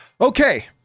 Okay